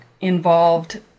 involved